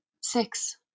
Six